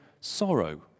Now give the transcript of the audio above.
sorrow